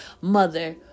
mother